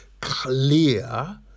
clear